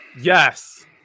Yes